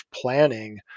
planning